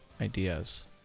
ideas